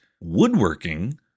woodworking